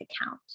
account